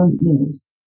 News